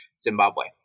Zimbabwe